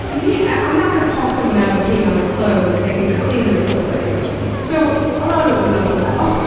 ah me i'm not gonna talk someone out of peeing on their clothes if they think they're cleaning their clothes by doing it. so a lot of it was an uphill battle.